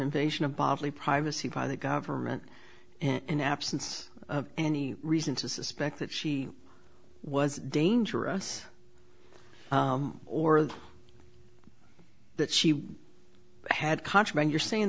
invasion of privacy by the government an absence of any reason to suspect that she was dangerous or that that she had contraband you're saying